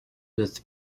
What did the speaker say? with